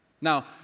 Now